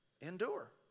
Endure